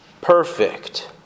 perfect